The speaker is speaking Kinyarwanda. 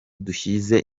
dushyize